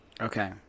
Okay